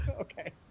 okay